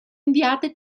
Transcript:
inviate